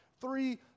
Three